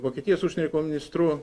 vokietijos užsienio reikalų ministru